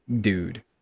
dude